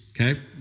okay